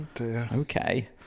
okay